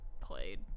played